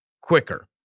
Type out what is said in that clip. quicker